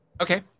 Okay